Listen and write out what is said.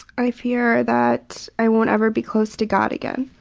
i fear that i won't ever be close to god again.